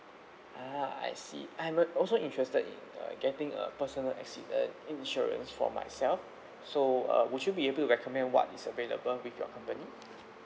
ah I see I am also interested in uh getting a personal accident insurance for myself so uh would you be able to recommend what is available with your company